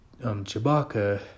Chewbacca